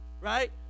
right